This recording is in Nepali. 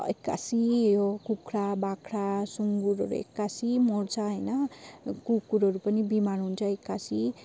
एक्कासि यो कुखुरा बाख्रा सुँगुरहरू एक्कासि मर्छ होइन कुकुरहरू पनि बिमार हुन्छ एक्कासि